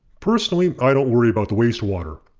personally i don't worry about the wastewater.